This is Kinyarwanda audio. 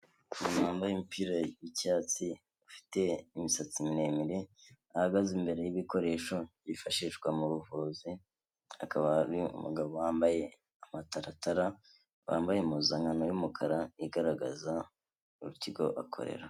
Umuntu wambaye umupira y'icyatsi ufite imisatsi miremire, ahagaze imbere y'ibikoresho byifashishwa mu buvuzi. Akaba ari umugabo wambaye amataratara wambaye impuzankano y'umukara igaragaza ikigo akorera.